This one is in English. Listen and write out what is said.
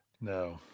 No